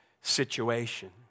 situation